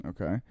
Okay